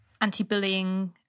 anti-bullying